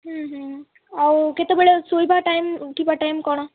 ହୁଁ ହୁଁ ଆଉ କେତେବେଳେ ଶୁଇବା ଟାଇମ୍ ଉଠିବା ଟାଇମ୍ କ'ଣ